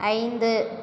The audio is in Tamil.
ஐந்து